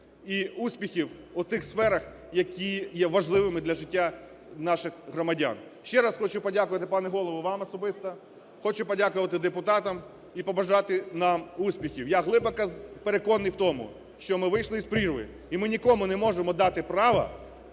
і успіхів у тих сферах, які є важливими для життя наших громадян. Ще раз хочу подякувати, пане Голово, вам особисто. Хочу подякувати депутатам і побажати нам успіхів. Я глибоко переконаний в тому, що ми вийшли із прірви, і ми нікому не можемо дати право